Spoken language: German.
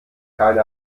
keine